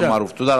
תודה.